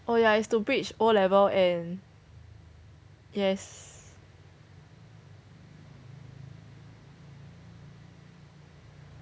oh yeah it's to bridge O level and yes